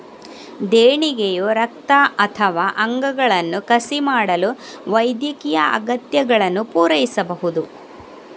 ದೇಣಿಗೆಯು ರಕ್ತ ಅಥವಾ ಅಂಗಗಳನ್ನು ಕಸಿ ಮಾಡಲು ವೈದ್ಯಕೀಯ ಅಗತ್ಯಗಳನ್ನು ಪೂರೈಸಬಹುದು